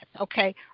Okay